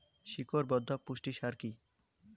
শিকড় বর্ধক পুষ্টি সার কি?